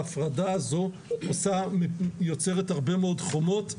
ההפרדה הזאת יוצרת הרבה מאוד חומות.